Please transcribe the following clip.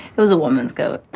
it was a woman. go.